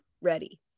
ready